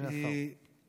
אדוני השר.